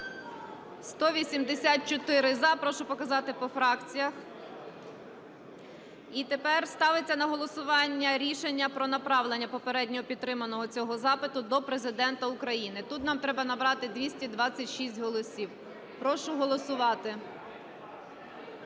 За-184 Прошу показати по фракціях. І тепер ставиться на голосування рішення про направлення попередньо підтриманого цього запиту до Президента України. Тут нам треба набрати 226 голосів. Прошу голосувати.